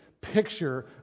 picture